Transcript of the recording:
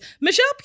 Michelle